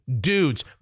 dudes